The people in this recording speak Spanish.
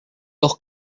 dos